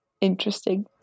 interesting